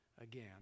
again